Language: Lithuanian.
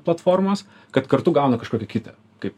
platformos kad kartu gauna kažkokį kitą kaip